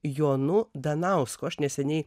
jonu danausku aš neseniai